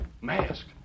Mask